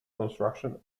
construction